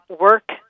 work